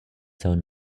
zone